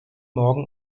morgen